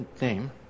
name